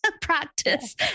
practice